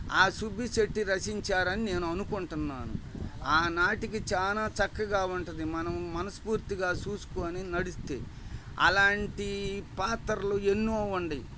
ఆ సుబ్బిశెట్టి రచించారని నేను అనుకుంటున్నాను ఆ నాటిక చాలా చక్కగా ఉంటుంది మనం మనస్ఫూర్తిగా చూసుకొని నడిస్తే అలాంటి పాత్రలు ఎన్నో ఉన్నాయి